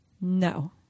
No